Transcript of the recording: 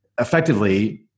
effectively